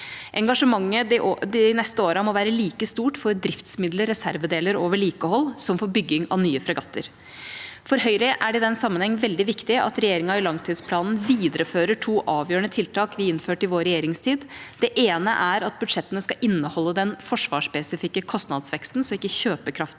Engasjementet de neste årene må være like stort for driftsmidler, reservedeler og vedlikehold som for bygging av nye fregatter. For Høyre er det i den sammenheng veldig viktig at regjeringa i langtidsplanen viderefører to avgjørende tiltak vi innførte i vår regjeringstid. Det ene er at budsjettene skal inneholde den forsvarsspesifikke kostnadsveksten, slik at ikke kjøpekraften